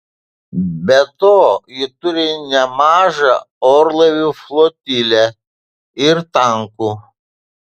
be to ji turi nemažą orlaivių flotilę ir tankų